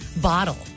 bottle